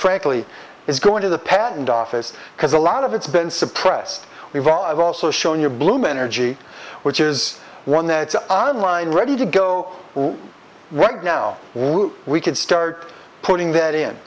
frankly is going to the patent office because a lot of it's been suppressed we've all i've also shown your blue energy which is one that's on line ready to go right now we could start putting that in